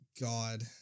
God